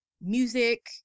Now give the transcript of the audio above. music